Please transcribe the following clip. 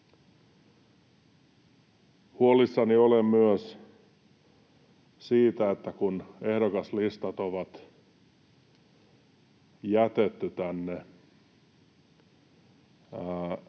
huolissani myös siitä, että kun ehdokaslistat on jätetty kuntiin